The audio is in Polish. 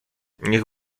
niech